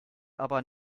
aber